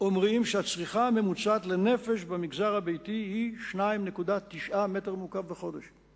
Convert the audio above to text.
אומרים שהצריכה הממוצעת לנפש במגזר הביתי היא 2.9 מטרים מעוקבים בחודש.